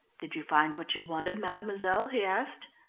did you find what you wanted, mademoiselle? he asked.